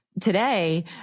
today